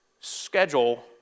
schedule